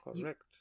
Correct